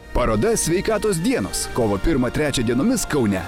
paroda sveikatos dienos kovo pirmą trečią dienomis kaune